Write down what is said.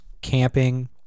camping